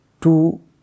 two